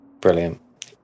brilliant